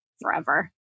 forever